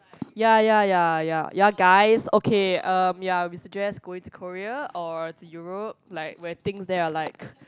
ya ya ya ya ya guys okay um ya we suggest going to Korea or to Europe like where things there are like